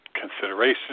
consideration